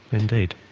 indeed.